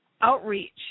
outreach